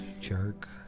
jerk